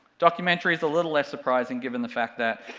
documentaries a little less surprising, given the fact that